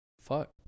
fuck